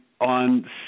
on